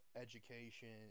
education